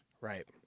Right